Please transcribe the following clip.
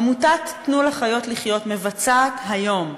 עמותת "תנו לחיות לחיות" מבצעת היום,